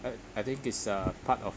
uh I think is uh part of